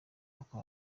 boko